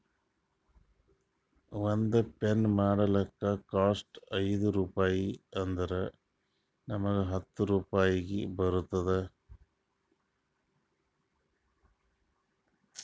ಒಂದ್ ಪೆನ್ ಮಾಡ್ಲಕ್ ಕಾಸ್ಟ್ ಐಯ್ದ ರುಪಾಯಿ ಆದುರ್ ನಮುಗ್ ಹತ್ತ್ ರೂಪಾಯಿಗಿ ಮಾರ್ತಾರ್